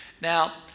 Now